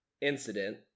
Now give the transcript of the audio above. incident